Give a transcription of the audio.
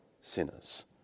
sinners